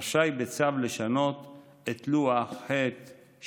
רשאי, בצו, לשנות את לוח ח'2".